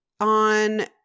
on